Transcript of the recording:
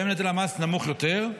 שבהן נטל המס נמוך יותר,